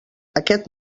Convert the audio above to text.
aquest